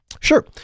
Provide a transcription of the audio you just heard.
sure